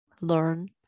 learn